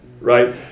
right